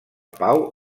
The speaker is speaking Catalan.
pau